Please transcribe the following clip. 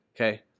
Okay